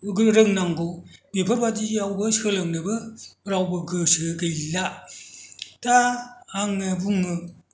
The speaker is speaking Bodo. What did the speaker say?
गोरों नांगौ बेफोरबायदिआवबो सोलोंनोबो रावबो गोसो गैला दा आंनो बुङो